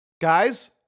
Guys